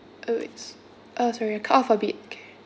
uh waits uh sorry cut off a bit okay